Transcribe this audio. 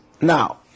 Now